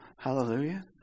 Hallelujah